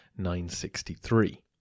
963